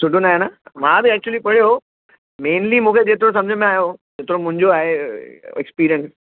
सुठो न आहे न मां त एक्चुअली पढ़ियो हो मेंनली मूंखे जेतिरो समुझ में आयो जेतिरो मुंहिंजो आहे एक्सपीरियंस